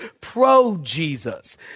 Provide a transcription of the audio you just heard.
pro-Jesus